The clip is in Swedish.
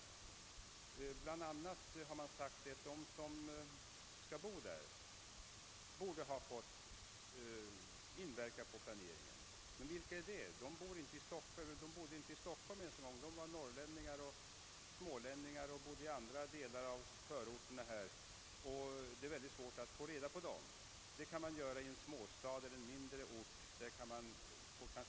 Det har bl.a. sagts att de som skall bo där borde ha fått medverka vid planeringen. Men vilka är det? Av dessa personer bodde alla inte ens i Stockholm; det var norrlänningar och smålänningar eller folk som bodde i andra förorter kring Stockholm. Det hade alltså varit mycket svårt att få tag i dessa människor.